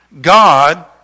God